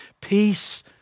Peace